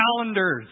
calendars